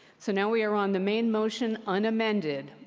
so now we are on the main motion, unamended.